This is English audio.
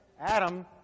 Adam